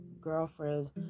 girlfriends